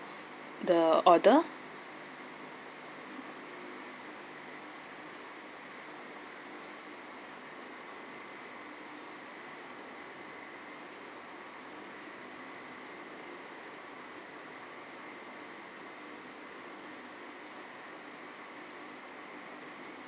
the order